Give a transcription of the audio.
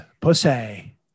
pussy